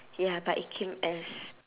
ya but it came S